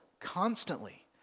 constantly